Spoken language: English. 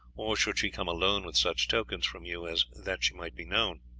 or should she come alone with such tokens from you as that she might be known